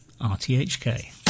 RTHK